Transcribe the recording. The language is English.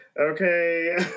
Okay